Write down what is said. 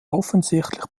offensichtlich